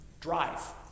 Drive